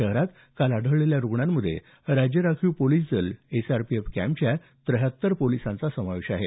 शहरात काल आढळलेल्या रुग्णांमध्ये राज्य राखीव पोलिस दल एसआरपीएफ कॅम्पच्या त्र्याहत्तर पोलिसांचा समावेश आहे